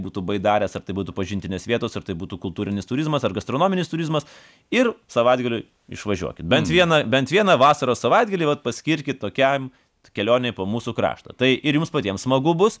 būtų baidarės ar tai būtų pažintinės vietos ar tai būtų kultūrinis turizmas ar gastronominis turizmas ir savaitgaliui išvažiuokit bent vieną bent vieną vasaros savaitgalį vat paskirkit tokiam kelionei po mūsų kraštą tai ir jums patiems smagu bus